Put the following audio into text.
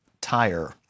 tire